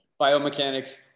biomechanics